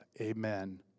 Amen